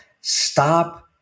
stop